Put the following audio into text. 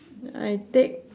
I take